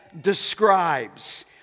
describes